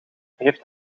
heeft